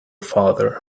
father